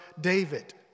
David